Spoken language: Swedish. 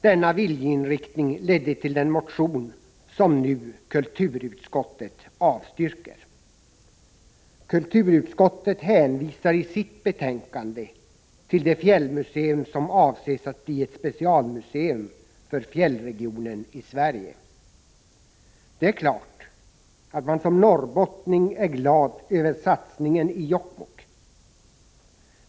Denna viljeinriktning ledde till den motion som kulturutskottet nu avstyrker. Kulturutskottet hänvisar i sitt betänkande till det fjällmuseum som avses att bli ett specialmuseum för fjällregionen i Sverige. Det är klart att man som norrbottning är glad över satsningen i Jokkmokk.